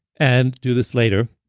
and do this later.